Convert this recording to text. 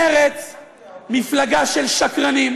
מרצ היא מפלגה של שקרנים,